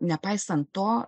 nepaisant to